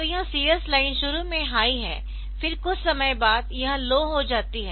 तो यह CS line शुरू में हाई है फिर कुछ समय बाद यह लो हो जाती है